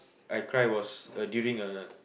I cry was uh during a